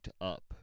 up